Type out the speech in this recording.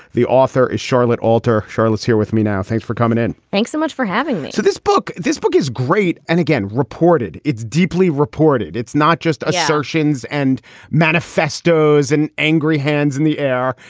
the author is charlotte alter. charlotte's here with me now. thanks for coming in. thanks so much for having me. so this book this book is great. and again, reported. it's deeply reported. it's not just assertions and manifestos and angry hands in the air.